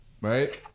right